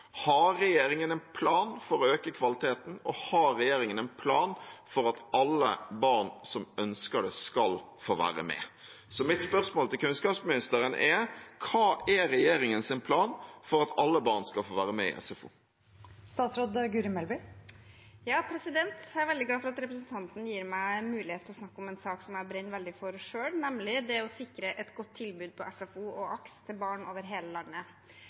Har regjeringen en plan for å øke kvaliteten, og har regjeringen en plan for at alle barn som ønsker det, skal få være med? Mitt spørsmål til kunnskapsministeren er: Hva er regjeringens plan for at alle barn skal få være med i SFO? Jeg er veldig glad for at representanten gir meg en mulighet til å snakke om en sak som jeg brenner veldig for selv, nemlig det å sikre et godt tilbud på SFO og AKS til barn over hele landet.